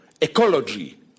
ecology